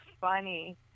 funny